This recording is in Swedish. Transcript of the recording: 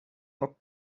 nåt